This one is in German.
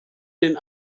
denn